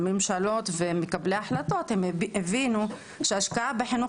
ממשלות ומקבלי החלטות הבינו שהשקעה בחינוך